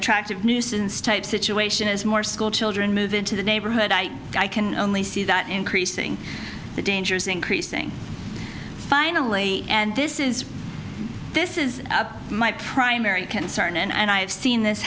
ttractive nuisance type situation as more school children move into the neighborhood i can only see that increasing the danger is increasing finally and this is this is my primary concern and i have seen this